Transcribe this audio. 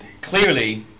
Clearly